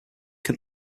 can